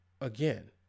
again